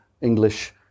English